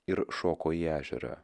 ir šoko į ežerą